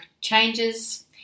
changes